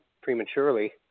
prematurely